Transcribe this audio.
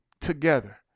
together